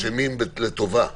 אשמים לטובה.